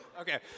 Okay